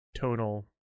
tonal